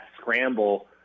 scramble